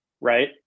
right